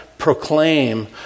proclaim